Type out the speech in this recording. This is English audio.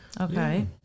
Okay